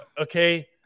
Okay